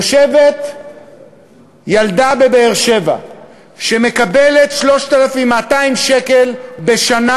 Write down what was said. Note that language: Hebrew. יושבת ילדה בבאר-שבע שמקבלת 3,200 שקל בשנה,